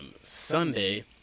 Sunday